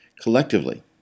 Collectively